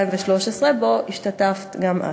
שבו השתתפת גם את.